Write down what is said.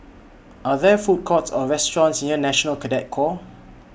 Are There Food Courts Or restaurants near National Cadet Corps